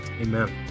amen